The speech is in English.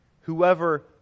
Whoever